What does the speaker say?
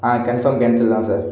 ஆ confirm cancel தான் sir